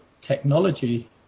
technology